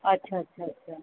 अच्छा अच्छा अच्छा